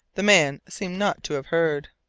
the man seemed not to have heard.